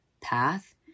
path